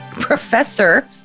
Professor